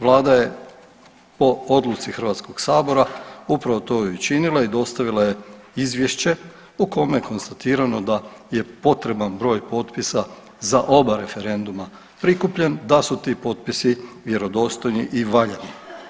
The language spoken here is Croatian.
Vlada je po odluci HS-a upravo to i učinila i dostavila je izvješće u kome je konstatirano da je potreban broj potpisa za oba referenduma prikupljeni, da su ti potpisi vjerodostojni i valjani.